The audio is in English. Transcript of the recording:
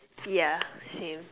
yeah same